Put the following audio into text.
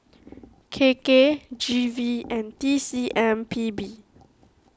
K K G V and T C M P B